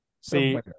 see